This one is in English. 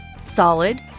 solid